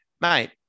Mate